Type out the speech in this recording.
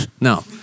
No